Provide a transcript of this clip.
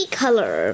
color